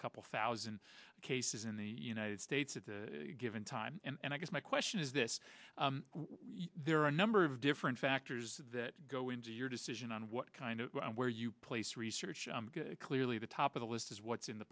a couple thousand cases in the united states at a given time and i guess my question is this there are a number of different factors that go into your decision on what kind of where you place research clearly the top of the list is what's in the